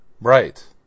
Right